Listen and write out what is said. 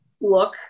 look